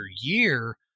year